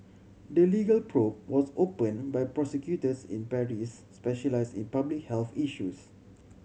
the legal probe was opened by prosecutors in Paris specialised in public health issues